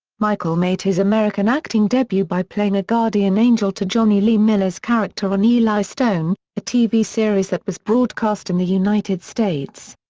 michael made his american acting debut by playing a guardian angel to jonny lee miller's character on eli stone, a tv series that was broadcast in the united states.